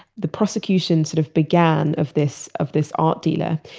the prosecutions sort of began of this of this art dealer,